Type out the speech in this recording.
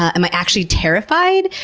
am i actually terrified?